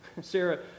Sarah